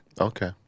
Okay